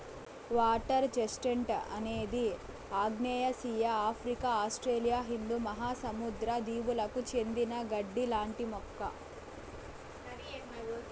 water chestnut అనేది ఆగ్నేయాసియా, Africa, Australia హిందూ మహాసముద్ర దీవులకు చెందిన గడ్డి లాంటి మొక్క